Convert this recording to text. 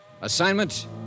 Assignment